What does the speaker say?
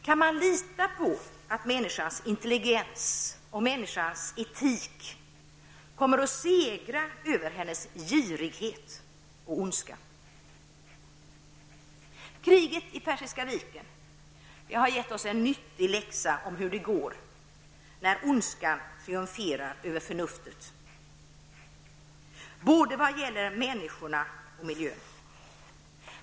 Kan man lita på att människans intelligens och etik kommer att segra över hennes girighet och ondska? Kriget i Persiska viken har gett oss en nyttig läxa om hur det går när ondskan triumferar över förnuftet, både i vad gäller människorna och miljön.